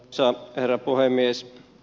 arvoisa herra puhemies